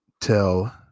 tell